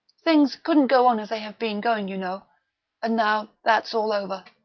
things couldn't go on as they have been going, you know and now that's all over.